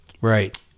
Right